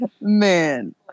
Man